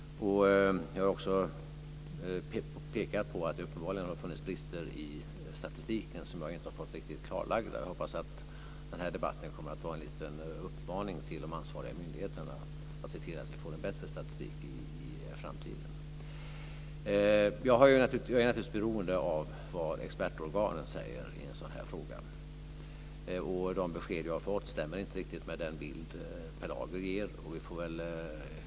Jag har också pekat på att det uppenbarligen har funnits brister i statistiken som jag inte riktigt har fått klarlagda. Jag hoppas att den här debatten kommer att tjäna som en liten uppmaning till de ansvariga myndigheterna att se till att vi i framtiden får en bättre statistik. Jag är naturligtvis beroende av vad expertorganen säger i en sådan här fråga, och de besked som jag har fått stämmer inte riktigt med den bild som Per Lager ger.